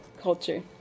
culture